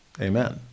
Amen